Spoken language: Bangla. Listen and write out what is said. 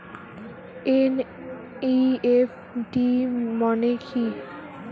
এন.ই.এফ.টি মনে কি?